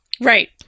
Right